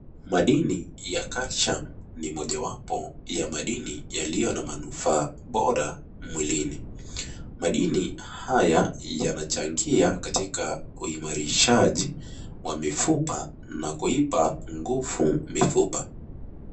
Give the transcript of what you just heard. Madini ya Calcium ni moja wapo ya madini yaliyo na manufaa bora mwilini, Madini haya yanachangia katika uimarishaji wa mifupa na kuipa nguvu mifupa.